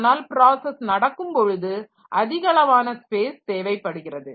ஆனால் பிராசஸ் நடக்கும்பொழுது அதிகளவான ஸ்பேஸ் தேவைப்படுகிறது